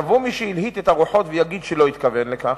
יבוא מי שהלהיט את הרוחות ויגיד שלא התכוון לכך,